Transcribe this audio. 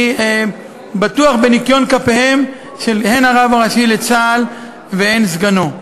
אני בטוח בניקיון כפיהם הן של הרב הראשי של צה"ל והן של סגנו.